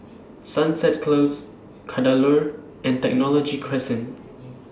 Sunset Close Kadaloor and Technology Crescent